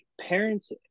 parents